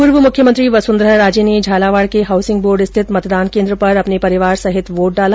पूर्व मुख्यमंत्री वसुंधरा राजे ने झालावाड के हाउसिंग बोर्ड स्थित मतदान केन्द्र पर अपने परिवार सहित वोट डाला